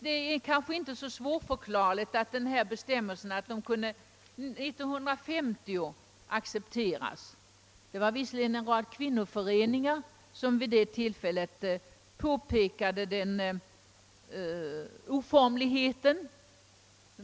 Det är som sagt kanske inte så svårförklarligt att den aktuella bestämmelsen kunde accepteras år 1950. Visserligen påpekade då en rad kvinnoföreningar den oformlighet, som den innebar, men den accepterades ändå.